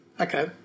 Okay